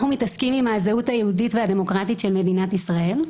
אנחנו מתעסקים עם הזהות היהודית והדמוקרטית של מדינת ישראל.